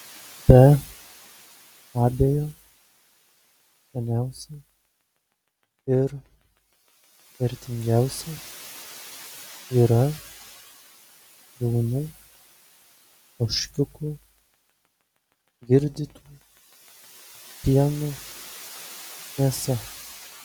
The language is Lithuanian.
be abejo skaniausia ir vertingiausia yra jaunų ožkiukų girdytų pienu mėsa